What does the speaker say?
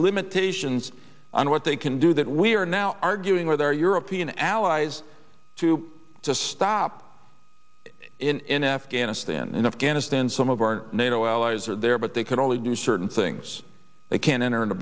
limitations on what they can do that we are now arguing with our european allies to just stop in afghanistan in afghanistan some of our nato allies are there but they can only do certain things they can't enter into